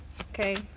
Okay